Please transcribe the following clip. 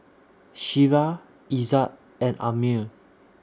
Syirah Izzat and Ammir